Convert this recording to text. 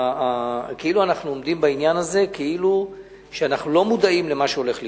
ואנחנו עומדים בעניין הזה כאילו שאנחנו לא מודעים למה שהולך לקרות.